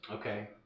Okay